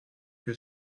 que